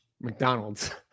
McDonald's